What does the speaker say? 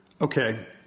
Okay